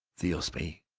theosophy,